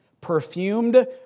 perfumed